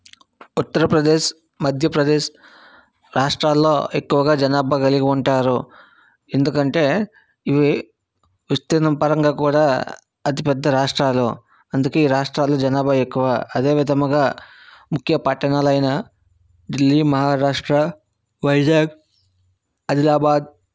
ఉత్తర ప్రదేశ్ మధ్యప్రదేశ్ రాష్ట్రాల్లో ఎక్కువగా జనాభా కలిగి ఉంటారు ఎందుకంటే ఇవి విస్తీర్ణపరంగా కూడా అతిపెద్ద రాష్ట్రాలు అందుకే ఈ రాష్ట్రాల్లో జనాభా ఎక్కువ అదేవిధముగా ముఖ్య పట్టణాలైన ఢిల్లీ మహారాష్ట్ర వైజాగ్ ఆదిలాబాద్